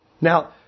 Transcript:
Now